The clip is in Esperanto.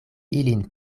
ilin